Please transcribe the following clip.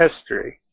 history